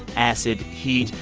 acid, heat.